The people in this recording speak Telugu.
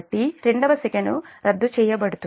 కాబట్టి రెండవ సెకను రద్దు చేయబడుతుంది